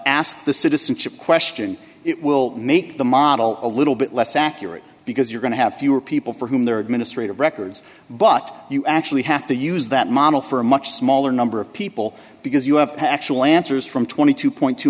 ask the citizenship question it will make the model a little bit less accurate because you're going to have fewer people for whom their administrative records but you actually have to use that model for a much smaller number of people because you have actual answers from twenty two point two